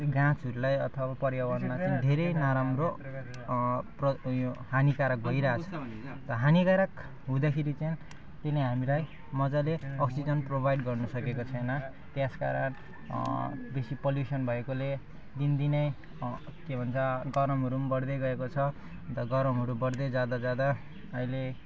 गाछहरूलाई अथवा पर्यावरणमा चाहिँ धेरै नराम्रो प्र उयो हानिकारक भइरहेको छ हानिकारक हुँदाखेरि चाहिँ त्यसले हामीलाई मजाले अक्सिजन प्रोभाइड गर्नुसकेको छैन त्यस कारण बेसी पोल्युसन भएकोले दिनदिनै के भन्छ गरमहरू पनि बढ्दै गएको छ अन्त गरमहरू बढ्दै जाँदा जाँदा अहिले